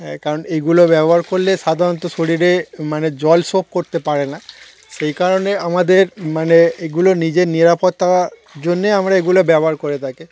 হ্যাঁ কারণ এগুলো ব্যবহার করলে সাধারণত শরীরে মানে জল শোপ করতে পারে না সেই কারণে আমাদের মানে এগুলো নিজের নিরাপত্তার জন্যেই আমরা এগুলো ব্যবহার করে থাকি